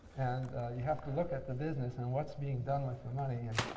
and you have to look at the business and what's being done with the money. and